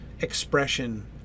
expression